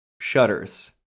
shutters